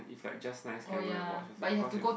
if like just nice can go and watch also cause it